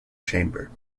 chamber